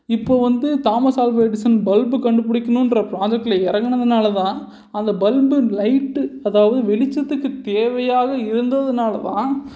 இப்போ வந்து Thomas Alva Edison bulb கண்டுபிடிக்கணும்ன்ற ப்ராஜெக்டில் இறங்குனதுனால தான் அந்த பல்ப்பு லைட்டு அதாவது வெளிச்சத்துக்கு தேவையாக இருந்ததுனால் தான்